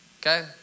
Okay